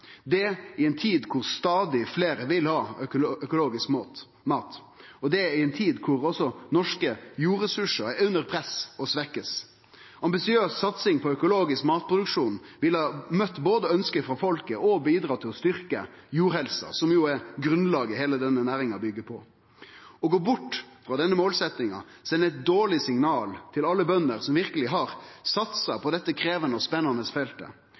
dette i ei tid da stadig fleire vil ha økologisk mat, og i ei tid da også norske jordressursar er under press og blir svekte. Ambisiøs satsing på økologisk matproduksjon ville ha møtt ønsket frå folket og bidratt til å styrkje jordhelsa, som jo er grunnlaget heile næringa byggjer på. Å gå bort frå denne målsetjinga sender eit dårleg signal til alle bønder som verkeleg har satsa på dette krevjande og spennande feltet.